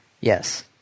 Yes